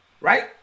right